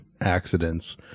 accidents